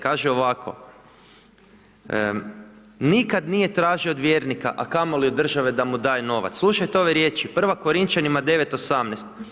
Kaže ovako, nikada nije tražio od vjernika, a kamo li od države da mu daje novac, slušajte ove riječi, prva Korinćanima 9,18.